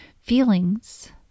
feelings